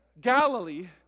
Galilee